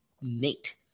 Nate